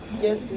Yes